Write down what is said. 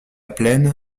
plaine